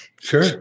Sure